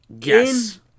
Yes